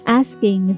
asking